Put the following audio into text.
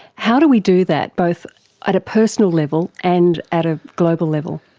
how do we do that, both at a personal level and at a global level?